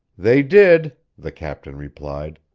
they did, the captain replied.